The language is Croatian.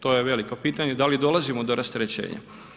To je veliko pitanje, da li dolazimo do rasterećenja.